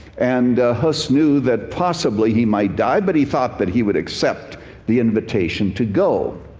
and hus knew that possibly he might die, but he thought that he would accept the invitation to go.